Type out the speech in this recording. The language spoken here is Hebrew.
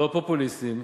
לא פופוליסטים,